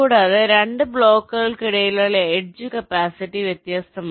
കൂടാതെ 2 ബ്ലോക്കുകൾക്കിടയിലുള്ള edge capacity വ്യത്യസ്തമാണ്